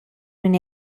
been